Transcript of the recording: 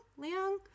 Leung